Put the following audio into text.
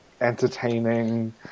entertaining